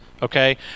Okay